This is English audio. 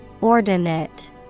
Ordinate